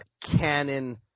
canon